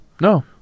no